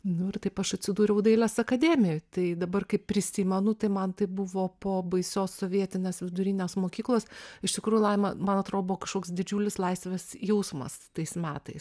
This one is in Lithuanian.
nu ir taip aš atsidūriau dailės akademijoj tai dabar kai prisimenu tai man tai buvo po baisios sovietinės vidurinės mokyklos iš tikrųjų laima man atrodo buvo kažkoks didžiulis laisvės jausmas tais metais